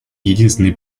единственный